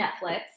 Netflix